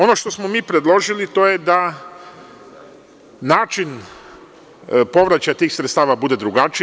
Ono što smo mi predložili jeste da način povraćaja tih sredstava bude drugačiji.